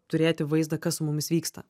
turėti vaizdą kas su mumis vyksta